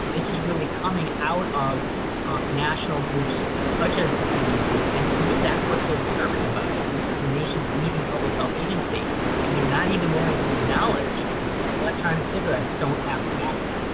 this is really coming out of national groups, such as the cdc. and, to me, that's what's so disturbing about it. this is the nation's leading public health agency and they're not even willing to acknowledge that and electronic cigarettes don't have tobacco in them.